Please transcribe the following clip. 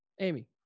amy